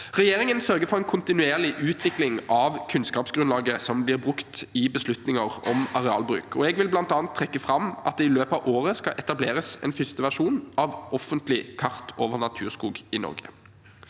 Regjeringen sørger for en kontinuerlig utvikling av kunnskapsgrunnlaget som blir brukt i beslutninger om arealbruk. Jeg vil bl.a. trekke fram at det i løpet av året skal etableres en første versjon av et offentlig kart over naturskog i Norge.